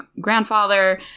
grandfather